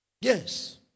Yes